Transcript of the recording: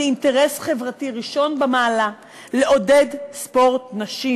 זה אינטרס חברתי ראשון במעלה לעודד ספורט נשים.